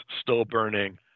still-burning